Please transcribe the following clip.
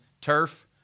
turf